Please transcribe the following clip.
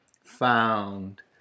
found